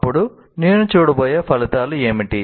అప్పుడు నేను చూడబోయే ఫలితాలు ఏమిటి